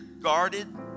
guarded